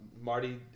Marty